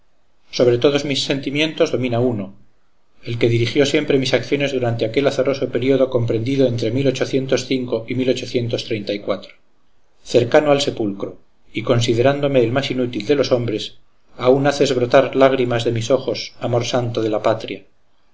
sobre todos mis sentimientos domina uno el que dirigió siempre mis acciones durante aquel azaroso periodo comprendido entre y cercano al sepulcro y considerándome el más inútil de los hombres aún haces brotar lágrimas de mis ojos amor santo de la patria